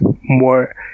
More